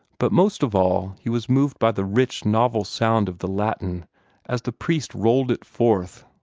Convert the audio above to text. but most of all he was moved by the rich, novel sound of the latin as the priest rolled it forth